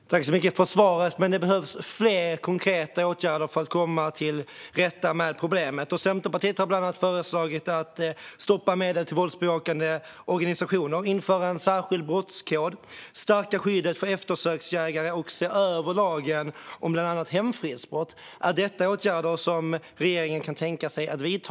Fru talman! Jag tackar för svaret, men det behövs fler konkreta åtgärder för att komma till rätta med problemet. Centerpartiet har bland annat föreslagit att stoppa medel till våldsbejakande organisationer, att införa en särskild brottskod, att stärka skyddet för eftersöksjägare och att se över lagen om bland annat hemfridsbrott. Är detta åtgärder som regeringen kan tänka sig att vidta?